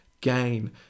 gain